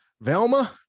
Velma